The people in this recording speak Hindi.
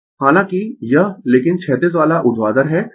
हालांकि यह लेकिन क्षैतिज वाला ऊर्ध्वाधर है